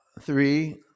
three